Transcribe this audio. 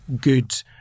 good